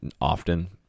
often